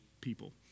people